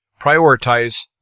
prioritize